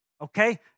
okay